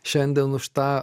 šiandien už tą